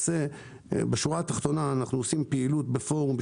בשורה התחתונה אנחנו עושים פעילות בפורום,